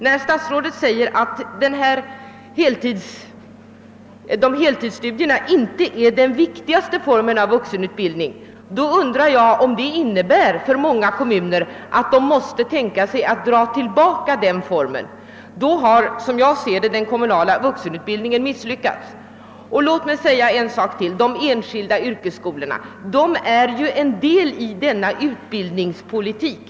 När statsrådet Moberg säger att heltidsstudierna inte är den viktigaste formen av vuxenutbildning undrar jag om det innebär att kommunerna måste dra tillbaka den formen av utbildning. I så fall har, som jag ser det, den kommunala vuxenutbildningen misslyckats. Låt mig nämna ytterligare en sak. De enskilda yrkesskolorna är en del i denna utbildningspolitik.